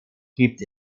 gibt